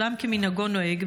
עולם כמנהגו נוהג,